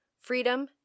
Freedom